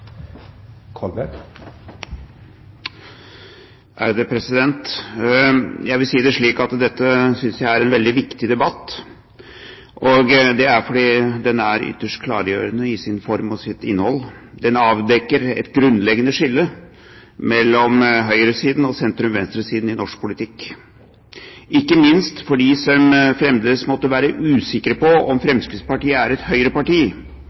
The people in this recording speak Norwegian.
en veldig viktig debatt, fordi den er ytterst klargjørende i sin form og sitt innhold. Den avdekker et grunnleggende skille mellom høyresiden og sentrum-venstresiden i norsk politikk. Ikke minst for dem som fremdeles måtte være usikre på om Fremskrittspartiet er et høyreparti,